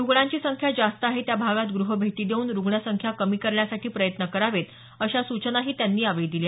रुग्णांची संख्या जास्त आहे त्या भागात गृहभेटी देऊन रुग्ण संख्या कमी करण्यासाठी प्रयत्न करावेत अशा सूचनाही त्यांनी यावेळी दिल्या